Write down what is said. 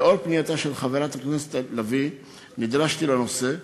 לנוכח פנייתה של חברת הכנסת לביא נדרשתי לנושא,